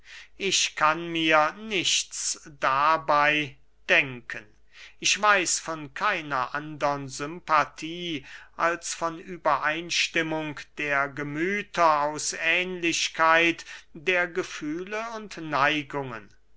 ich kann mir nichts dabey denken ich weiß von keiner andern sympathie als von übereinstimmung der gemüther aus ähnlichkeit der gefühle und neigungen